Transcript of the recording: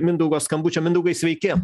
mindaugo skambučio mindaugai sveiki